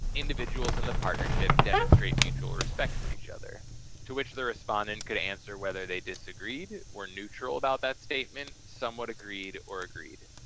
individuals in the partnership demonstrate mutual respect for each other to which the respondent could answer whether they disagreed, were neutral about that statement, somewhat agreed, or agreed.